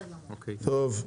טוב,